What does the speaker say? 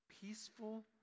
peaceful